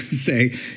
say